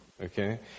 Okay